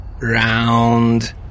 Round